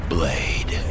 Blade